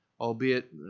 albeit